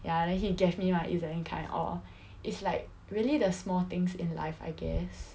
ya then he gave me my EZ-link card and all it's like really the small things in life I guess